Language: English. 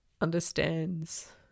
understands